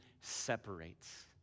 separates